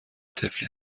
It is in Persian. طفلی